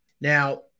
Now